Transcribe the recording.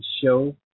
show